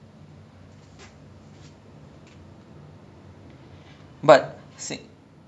ya I like !wah! like that [one] is next level brother like ya I really admire them like !wah!